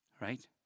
Right